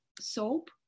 soap